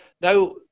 now